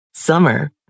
Summer